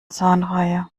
zahnreihe